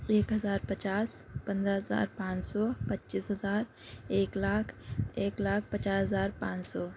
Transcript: ایک ہزار پچاس پندرہ ہزار پانچ سو پچیس ہزار ایک لاکھ ایک لاکھ پچاس ہزار پانچ سو